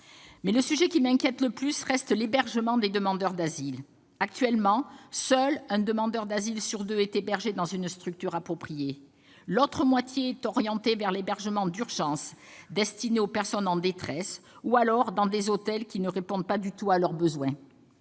le sujet qui m'inquiète le plus reste l'hébergement des demandeurs d'asile. Actuellement, seul un demandeur sur deux est hébergé dans une structure appropriée. L'autre moitié est orientée vers l'hébergement d'urgence, destiné aux personnes en détresse, ou alors dans des hôtels qui ne répondent pas du tout à leurs besoins.